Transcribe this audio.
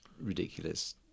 ridiculous